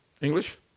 English